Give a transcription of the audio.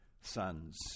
sons